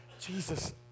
Jesus